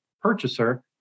purchaser